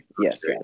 Yes